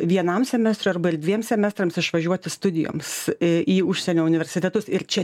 vienam semestrui arba ir dviem semestrams išvažiuoti studijoms i į užsienio universitetus ir čia